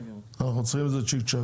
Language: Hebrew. אנחנו צריכים את זה צ'יק צ'ק.